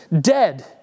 dead